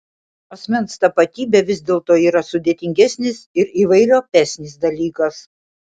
asmens tapatybė vis dėlto yra sudėtingesnis ir įvairiopesnis dalykas